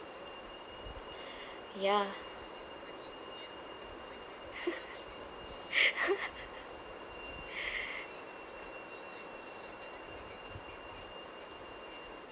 ya